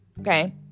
Okay